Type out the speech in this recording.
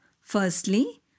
Firstly